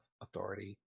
authority